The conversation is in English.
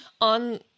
On